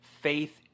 faith